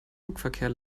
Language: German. flugverkehr